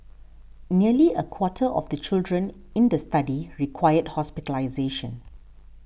nearly a quarter of the children in the study required hospitalisation